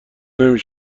نمی